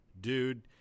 Dude